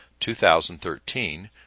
2013